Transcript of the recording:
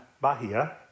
Bahia